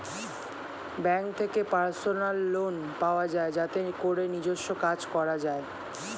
bank থেকে personal loan পাওয়া যায় যাতে করে নিজস্ব কাজ করা যায়